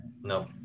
no